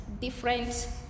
different